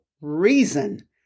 reason